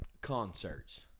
concerts